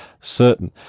certain